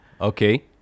Okay